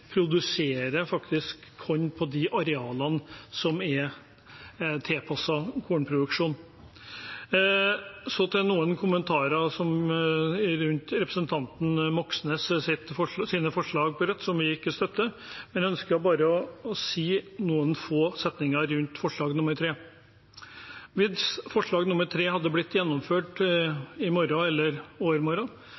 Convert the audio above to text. korn på de arealene som er tilpasset kornproduksjon. Så noen kommentarer til representanten Moxnes og Rødts forslag, som vi ikke støtter. Jeg ønsker å si noen få setninger om forslag nr. 3: Hvis forslag nr. 3 hadde blitt gjennomført